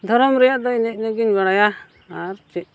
ᱫᱷᱚᱨᱚᱢ ᱨᱮᱭᱟᱜ ᱫᱚ ᱮᱱᱮ ᱤᱱᱟᱹᱜᱮᱧ ᱵᱟᱲᱟᱭᱟ ᱟᱨ ᱪᱮᱫ